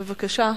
בבקשה.